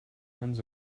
runs